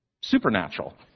supernatural